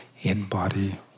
in-body